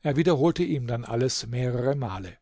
er wiederholte ihm dann alles mehrere male